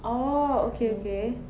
orh okay okay